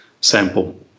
sample